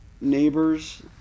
Neighbors